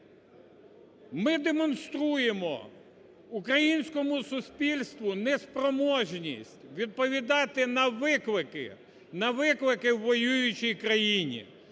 ми демонструємо українському суспільству неспроможність відповідати на виклики, на виклики у воюючій країні,